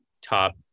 top